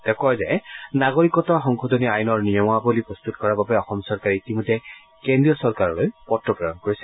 তেওঁ কয় যে নাগৰিকত্ব সংশোধনী আইনৰ নিয়মাৱলী প্ৰস্তুত কৰাৰ বাবে অসম চৰকাৰে ইতিমধ্যে কেন্দ্ৰীয় চৰকাৰলৈ পত্ৰ প্ৰেৰণ কৰিছে